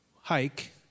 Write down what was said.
hike